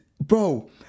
bro